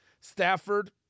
Stafford